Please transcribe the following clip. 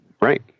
Right